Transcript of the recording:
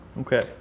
okay